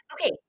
Okay